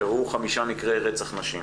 אירעו חמישה מקרי רצח נשים,